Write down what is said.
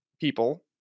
people